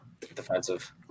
defensive